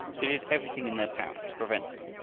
they did everything in their power to prevent him,